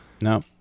no